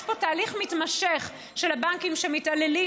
יש פה תהליך מתמשך של הבנקים שמתעללים,